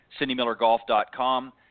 cindymillergolf.com